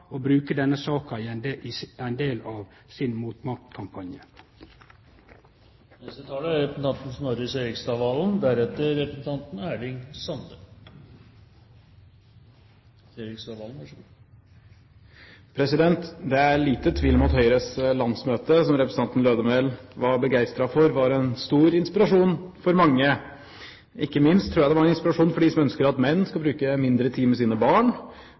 å bruke denne saka som ein del av MOTMAKT-kampanjen sin. Det er liten tvil om at Høyres landsmøte, som representanten Lødemel var begeistret for, var en stor inspirasjon for mange. Ikke minst tror jeg det var en inspirasjon for de som ønsker at menn skal bruke mindre tid med sine barn,